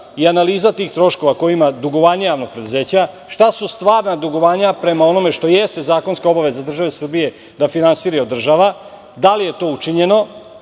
i analiza tih troškova, dugovanja javnih preduzeća, šta su stvarna dugovanja prema onome što jeste zakonska obaveza države Srbije da finansira i održava, da li je to učinjeno,